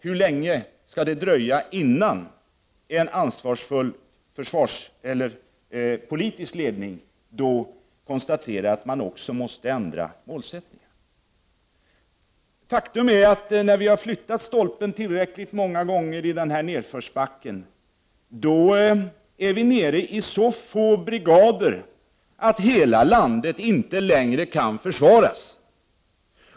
Hur länge skall det dröja innan en ansvarsfull politisk ledning konstaterar att man också måste ändra målsättningen? Faktum är att när vi har flyttat stolpen tillräckligt många gånger i den här nedförsbacken, är vi nere i så få brigader att hela landet inte längre kan försvaras.